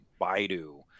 Baidu